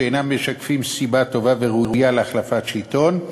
שאינם משקפים סיבה טובה וראויה להחלפת שלטון.